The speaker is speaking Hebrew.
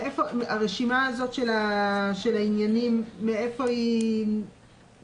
הרשימה הזאת של העניינים, מאיפה היא נלקחה?